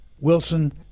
Wilson